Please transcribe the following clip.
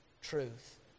Truth